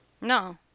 No